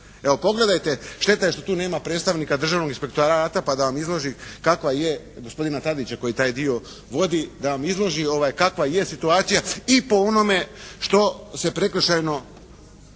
Evo pogledajte, šteta je što tu nema predstavnika državnog inspektorata pa da vam izloži kakva je, gospodina Tadića koji taj dio vodi, da vam izloži kakva je situacija i po onome što se prekršajno